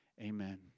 Amen